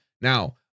now